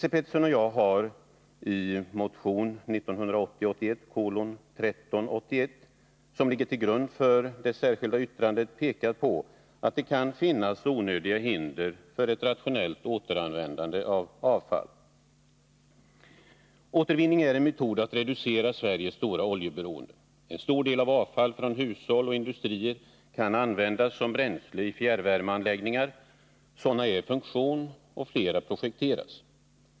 I vår motion 1980/81:1381, som ligger till grund för det särskilda yttrandet, har Esse Petersson och jag pekat på att det kan finnas onödiga hinder för ett rationellt återanvändande av avfall. Återvinning är en metod att reducera Sveriges stora oljeberoende. En stor del av avfallet från hushåll och industrier kan användas som bränsle i fjärrvärmeanläggningar. Sådana är i funktion, och flera projekteras.